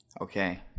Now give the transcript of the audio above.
Okay